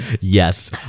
Yes